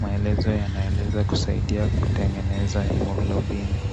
Maelezo yanaeleza kusaidia kutengeneza haemoglobini.